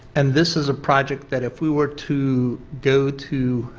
and this is a project that if we were to go to